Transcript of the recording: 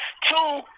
Two